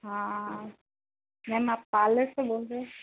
हाँ मेम आप पार्लर से बोल रहे हैं